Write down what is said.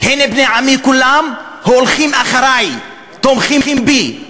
הנה בני עמי כולם הולכים אחרי, תומכים בי.